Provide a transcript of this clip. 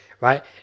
right